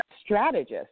strategist